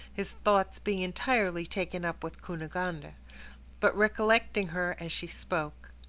his thoughts being entirely taken up with cunegonde but recollecting her as she spoke.